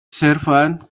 servants